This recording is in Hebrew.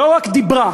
לא רק דיברה,